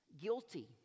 Guilty